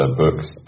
books